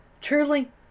Truly